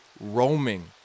roaming